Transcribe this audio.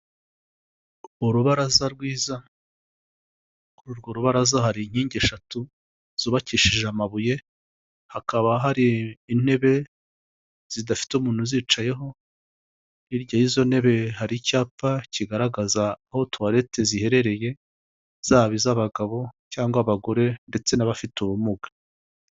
Urubaraza rwiza, kuri urwo rubaraza hari inkingi eshatu zubakishije amabuye, hakaba hari intebe zidafite umuntu uzicayeho, hirya y'izo ntebe hari icyapa kigaragaza aho tuwarete ziherereye, zaba iz'abagabo cyangwa abagore ndetse n'abafite ubumuga.